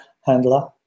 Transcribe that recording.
handler